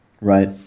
Right